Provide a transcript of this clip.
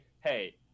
hey